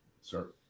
Sir